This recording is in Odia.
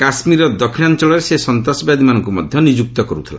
କାଶ୍ମୀରର ଦକ୍ଷିଣାଞ୍ଚଳରେ ସେ ସନ୍ତାସବାଦମାନଙ୍କୁ ନିଯୁକ୍ତ କରୁଥିଲା